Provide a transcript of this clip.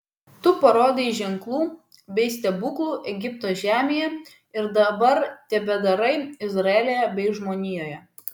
tu parodei ženklų bei stebuklų egipto žemėje ir dabar tebedarai izraelyje bei žmonijoje